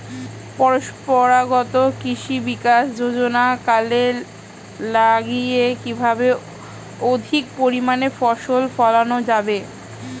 পরম্পরাগত কৃষি বিকাশ যোজনা কাজে লাগিয়ে কিভাবে অধিক পরিমাণে ফসল ফলানো যাবে?